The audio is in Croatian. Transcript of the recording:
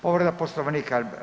Povreda Poslovnika.